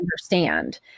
understand